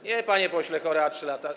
Nie, panie pośle Horała, 3 lata.